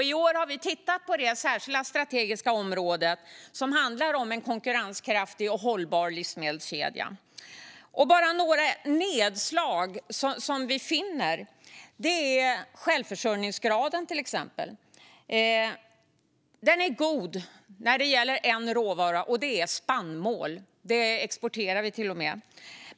I år har vi tittat på det särskilda strategiska område som handlar om en konkurrenskraftig och hållbar livsmedelskedja. Jag ska ta upp några nedslag som vi finner. Självförsörjningsgraden är god när det gäller en råvara, och det är spannmål. Det exporterar vi till och med.